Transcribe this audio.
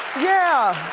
yeah.